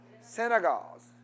synagogues